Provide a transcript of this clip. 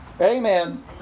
Amen